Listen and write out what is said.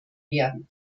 werden